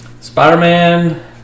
Spider-Man